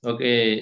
Okay